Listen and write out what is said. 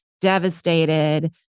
devastated